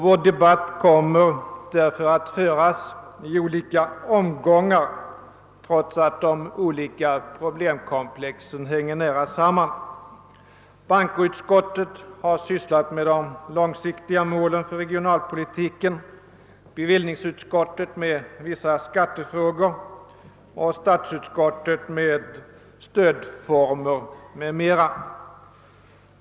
Vår debatt kommer därför att föras i olika omgångar, trots att problemkomplexen hänger nära samman. Bankoutskottet har sysslat med de långsiktiga målen för regionalpolitiken, bevillningsutskottet med vissa skattefrågor och statsutskottet med stödformer m.m.